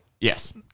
Yes